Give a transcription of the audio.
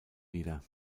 wieder